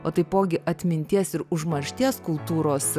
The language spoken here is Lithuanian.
o taipogi atminties ir užmaršties kultūros